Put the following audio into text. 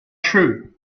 true